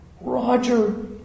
Roger